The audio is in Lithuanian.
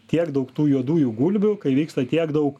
tiek daug tų juodųjų gulbių kai vyksta tiek daug